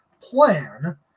plan